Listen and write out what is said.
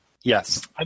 Yes